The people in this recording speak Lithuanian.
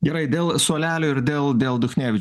gerai dėl suolelio ir dėl dėl duchnevičiaus